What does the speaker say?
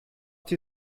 die